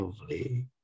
lovely